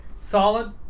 solid